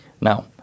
Now